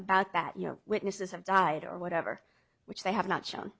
about that you know witnesses have died or whatever which they have not shown